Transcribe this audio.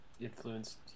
influenced